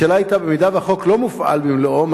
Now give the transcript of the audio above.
השאלה היתה: אם החוק לא מופעל במלואו,